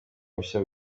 bushya